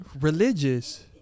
Religious